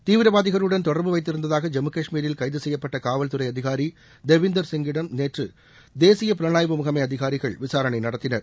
தீவிரவாதிகளுடன் தொடர்பு வைத்திருந்ததாக ஜம்மு காஷ்மீரில் கைது செய்யப்பட்ட காவல்துறை அதிகாரி தேவீந்தர் சிங்கிடம் நேற்று தேசிய புலனாய்வு முகமை அதிகாரிகள் விசாரணை நடத்தினர்